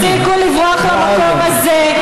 תפסיקו לברוח למקום הזה.